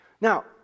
now